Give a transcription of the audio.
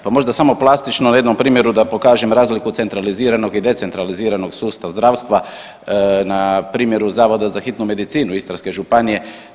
Pa možda samo plastično na jednom primjeru da pokažem razliku centraliziranog i decentraliziranog sustava zdravstva na primjeru Zavoda za hitnu medicinu Istarske županije.